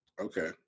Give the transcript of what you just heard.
Okay